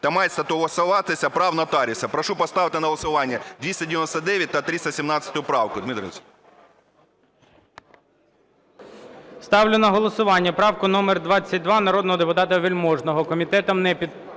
та мають стосуватися прав нотаріуса. Прошу поставити на голосування 299 та 317 правки. ГОЛОВУЮЧИЙ. Ставлю на голосування правку номер 22 народного депутата Вельможного...